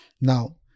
Now